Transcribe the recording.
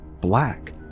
black